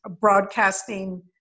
broadcasting